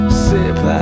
sip